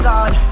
God